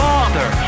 Father